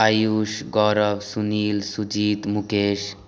Ayush Gaurav Sunil Sujit Mukesh